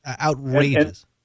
outrageous